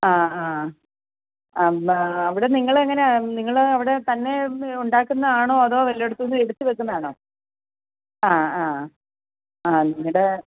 ആ ആ അവിടെ നിങ്ങൾ എങ്ങനെയാണ് നിങ്ങൾ അവിടെ തന്നെ ഉണ്ടാക്കുന്നത് ആണോ അതോ വല്ലയിടത്ത് നിന്നും എടുത്ത് വയ്ക്കുന്നതാണോ ആ ആ ആ നിങ്ങളുടെ